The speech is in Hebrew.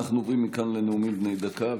אנחנו עוברים מכאן לנאומים בני דקה,